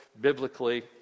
biblically